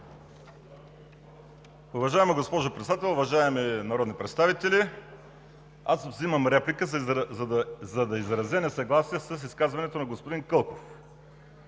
Благодаря